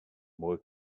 more